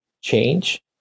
change